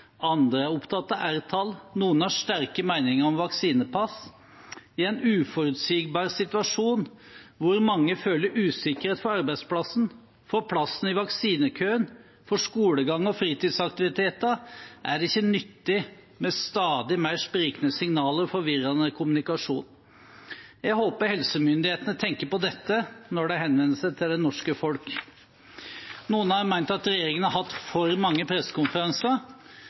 andre er opptatt av R-tall. Noen har sterke meninger om vaksinepass. I en uforutsigbar situasjon, hvor mange føler usikkerhet for arbeidsplassen, for plassen i vaksinekøen, for skolegang og fritidsaktiviteter, er det ikke nyttig med stadig mer sprikende signaler og forvirrende kommunikasjon. Jeg håper helsemyndighetene tenker på dette når de henvender seg til det norske folk. Noen har ment at regjeringen har hatt for mange